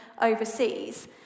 overseas